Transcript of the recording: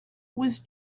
was